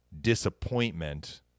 disappointment